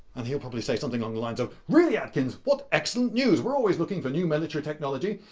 and he'll probably say something on the lines of really, atkins, what excellent news! we're always looking for new military technology.